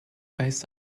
based